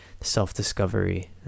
self-discovery